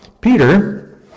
Peter